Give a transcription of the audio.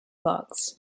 bugs